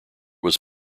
was